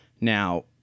Now